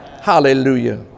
hallelujah